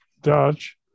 Dutch